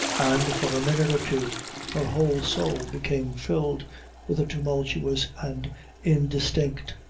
and for a minute or two her whole soul became filled with a tumultuous and indistinct!